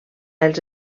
els